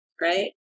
right